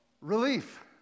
Relief